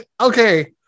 Okay